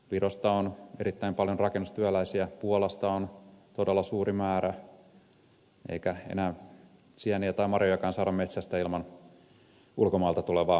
virosta on erittäin paljon rakennustyöläisiä puolasta on todella suuri määrä eikä enää sieniä tai marjojakaan saada metsästä ilman ulkomailta tulevaa työvoimaa